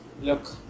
Look